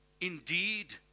indeed